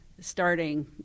starting